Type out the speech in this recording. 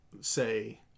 say